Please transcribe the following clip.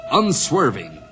unswerving